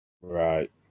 right